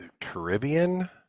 caribbean